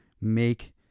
make